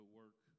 work